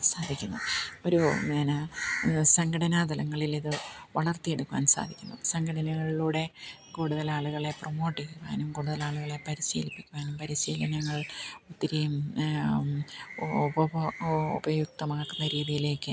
സാധിക്കുന്നു ഒരു പിന്നെ സംഘടനാതലങ്ങളിൽ ഇത് വളർത്തിയെടുക്കുവാൻ സാധിക്കുന്നു സംഘടനകളിലൂടെ കൂടുതൽ ആളുകളെ പ്രമോട്ട് ചെയ്യുവാനും കൂടുതൽ ആളുകളെ പരിശിലിപ്പിക്കുവാനും പരിശീലനങ്ങൾ ഒത്തിരി ഉപയോക്തമാക്കുന്ന രീതിയിലേക്ക്